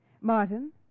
Martin